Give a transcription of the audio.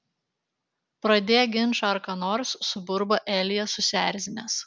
pradėk ginčą ar ką nors suburba elijas susierzinęs